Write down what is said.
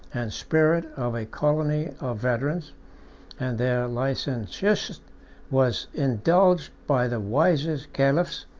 and spirit, of a colony of veterans and their licentiousness was indulged by the wisest caliphs,